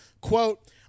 Quote